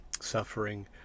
suffering